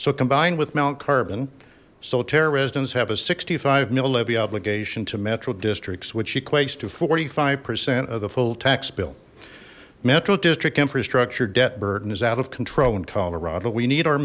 so combined with mount carbon so terra residents have a sixty five million to metro districts which equates to forty five percent of the full tax bill metro district infrastructure debt burden is out of control in colorado we need our